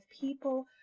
people